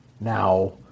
Now